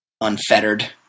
Unfettered